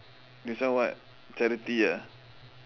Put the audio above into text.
this one what charity ah